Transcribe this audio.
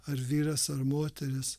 ar vyras ar moteris